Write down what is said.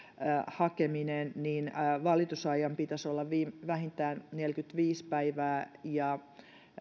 hakeminen niin valitusajan pitäisi olla vähintään neljäkymmentäviisi päivää ja